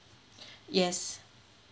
yes